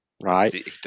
right